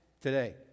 Today